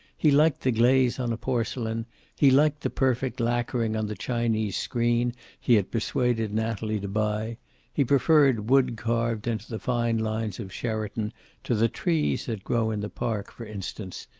he liked the glaze on a porcelain he liked the perfect lacquering on the chinese screen he had persuaded natalie to buy he preferred wood carved into the fine lines of sheraton to the trees that grow in the park, for instance,